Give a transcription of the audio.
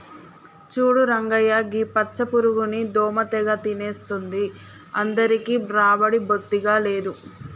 చూడు రంగయ్య గీ పచ్చ పురుగుని దోమ తెగ తినేస్తుంది అందరికీ రాబడి బొత్తిగా లేదు